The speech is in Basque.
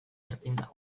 jakinda